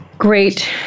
Great